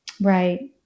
Right